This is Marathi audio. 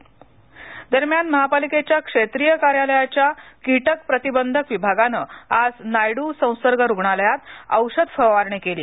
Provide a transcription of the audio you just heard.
मनपा दरम्यान महापालिकेच्या क्षेत्रिय कार्यालयाच्या कीटक प्रतिबंधक विभागानं आज नायडू संसर्ग रुग्णालयात औषध फवारणी केली